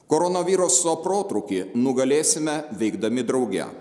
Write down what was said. koronaviruso protrūkį nugalėsime veikdami drauge